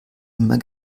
immer